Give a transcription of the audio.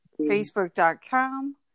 Facebook.com